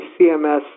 CMS